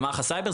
למערך הסייבר.